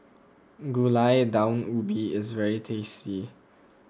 Gulai Daun Ubi is very tasty